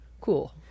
Cool